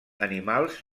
animals